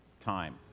time